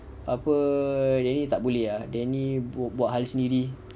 apa dia ni tak boleh ah dia ni buat hal sendiri